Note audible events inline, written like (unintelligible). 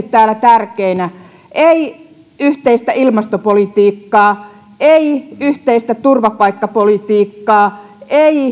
(unintelligible) täällä tärkeinä ei yhteistä ilmastopolitiikkaa ei yhteistä turvapaikkapolitiikkaa